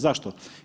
Zašto?